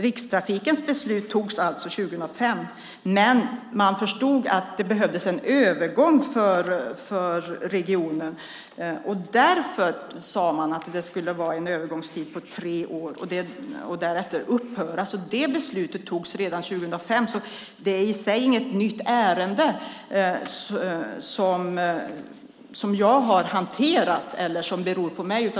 Rikstrafikens beslut togs alltså 2005, men man förstod att det behövdes en övergång för regionen. Därför sade man att det skulle vara en övergångstid på tre år. Därefter skulle det upphöra. Det beslutet togs alltså redan 2005. Det är inte något nytt ärende som jag har hanterat eller som beror på mig.